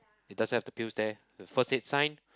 it doesn't have the pills there the first aid sign